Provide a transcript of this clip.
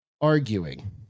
arguing